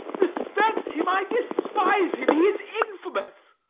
respect him? i despise him! he is infamous.